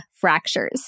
fractures